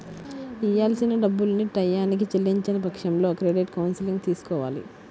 ఇయ్యాల్సిన డబ్బుల్ని టైయ్యానికి చెల్లించని పక్షంలో క్రెడిట్ కౌన్సిలింగ్ తీసుకోవాలి